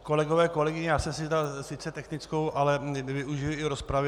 Kolegové, kolegyně, já jsem si vzal sice technickou, ale využiji i rozpravy.